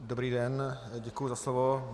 Dobrý den, děkuji za slovo.